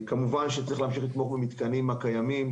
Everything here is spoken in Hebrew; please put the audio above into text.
כמובן שצריך לתמוך במתקנים הקיימים,